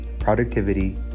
productivity